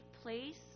place